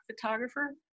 photographer